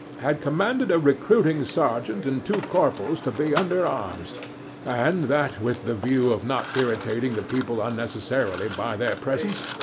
had commanded a recruiting sergeant and two corporals to be under arms and that, with the view of not irritating the people unnecessarily by their presence,